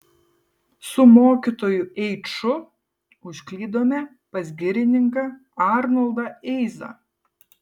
su mokytoju eiču užklydome pas girininką arnoldą eizą